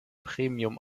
premium